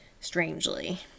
strangely